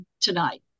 tonight